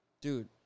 Dude